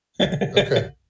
okay